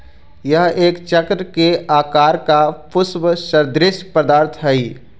यह एक चक्र के आकार का पुष्प सदृश्य पदार्थ हई